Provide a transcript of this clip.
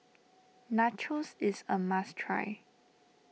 Nachos is a must try